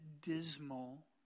dismal